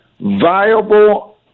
viable